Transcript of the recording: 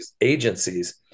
agencies